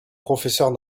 professeure